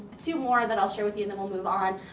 two more that i'll share with you and then we'll move on.